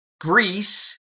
Greece